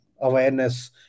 awareness